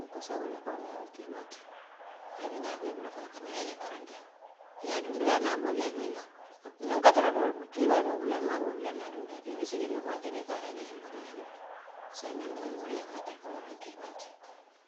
Nko saňe woo le faŋ yaa loŋ keebaa ti hani de naa bee ibulu kono kanaa ya aiyee karanta yaa duŋ dulaa dulaa abe woo dulaal bee loŋ ňoŋ katara dool keebaa dool muŋlaa maaboo dulaa dulaa duŋ na bii niŋ issee reniwo faŋo akee mee ikaa emee aye bondi ila ňaato saňe dindiŋool wool le forta telefonol le keebaati.